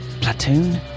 platoon